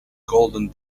golden